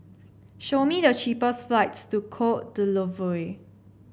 show me the cheapest flights to Cote d'Ivoire